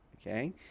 okay